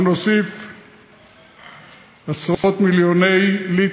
תודה רבה, אדוני.